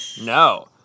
No